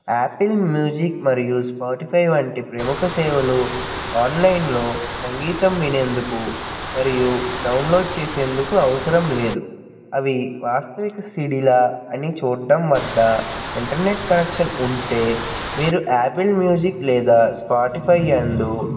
Apple Music వంటి Spotify వంటి ప్రముఖ సేవలు ఆన్లైన్లో సంగీతం వినేందుకు మరియు డౌన్లోడ్ చేసేందుకు అవసరం లేదు అవి వాస్తవిక సిడిల అని చూడ్డం వద్ద ఇంటర్నెట్ కనెక్షన్ ఉంటే మీరు యాపిల్ మ్యూజిక్ లేదా స్పాటిఫై యందు